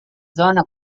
zona